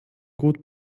gut